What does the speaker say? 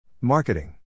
Marketing